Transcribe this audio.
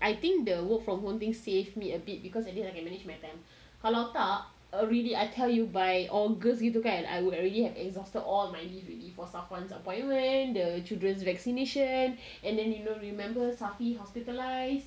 I think the work from home thing save me a bit because at least I can manage my time kalau tak already I tell you by august begitu kan I would already have exhausted all my leave already for safwan appointment the children vaccination and then you know remember saffi hospitalise